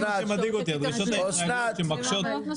זה מה שמדאיג אותי, הדרישות הישראליות הן מקשות.